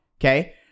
Okay